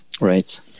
Right